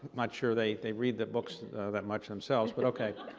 not sure they they read the books that much themselves, but ok.